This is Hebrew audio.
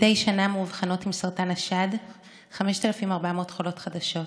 מדי שנה מאובחנות עם סרטן השד 5,400 חולות חדשות,